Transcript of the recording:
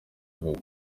vuba